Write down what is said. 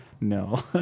No